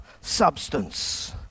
substance